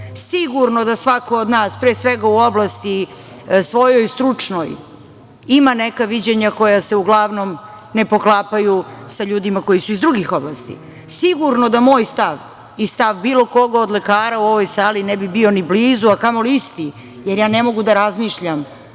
Sigurno da svako od nas, pre svega, u oblasti svojoj stručnoj ima neka viđenja koja se uglavnom ne poklapaju sa ljudima koji su iz drugih oblasti. Sigurno da moj stav i stav bilo kog od lekara u ovoj sali ne bi bio ni blizu, a kamoli isti, jer ja ne mogu da razmišljam